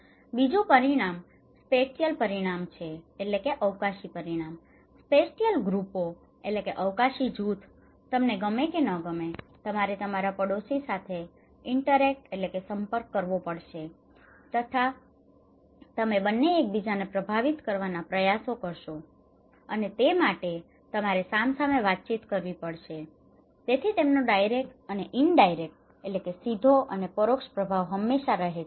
બીજું પરિમાણ spatial spatial અવકાશી પરિમાણ છે સ્પેટિયલ ગ્રુપો spatial groups અવકાશી જૂથો તમને ગમે કે ન ગમે તમારે તમારા પડોશીઓ સાથે ઈન્ટરેક્ટ interact સંપર્ક કરવું પડશે તથા તમે બંને એકબીજાને પ્રભાવિત કરવાના પ્રયાસો કરશો અને તે માટે તમારે સામ સામે વાતચીત કરવી પડશે તેથી તેમનો ડાઇરેક્ટ અને ઇનડાઇરેક્ટ direct and indirect સીધો અને પરોક્ષ પ્રભાવ હંમેશા રહે છે